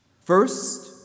First